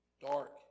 dark